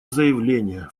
заявление